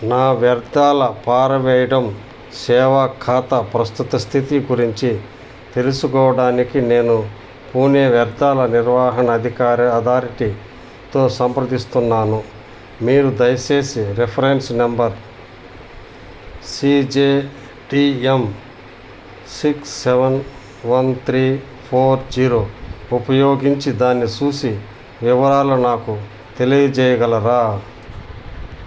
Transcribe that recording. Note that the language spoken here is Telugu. నా వ్యర్థాల పారవేయటం సేవా ఖాతా ప్రస్తుత స్థితి గురించి తెలుసుకోవడానికి నేను పూణే వ్యర్థాల నిర్వహణ అధికార అథారిటీతో సంప్రదిస్తున్నాను మీరు దయచేసి reference number C J T M six seven one three four zero ఉపయోగించి దాన్ని చూసి వివరాలు నాకు తెలియచేయగలరా